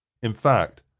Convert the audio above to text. in fact,